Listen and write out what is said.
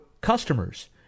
customers